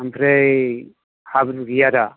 ओमफ्राय हाब्रु गैया दा